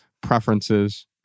preferences